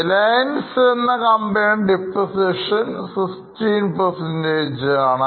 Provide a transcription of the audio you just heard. Reliance എന്ന കമ്പനിയുടെ Depreciation 16ശതമാനമാണ്